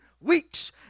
weeks